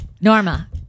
Norma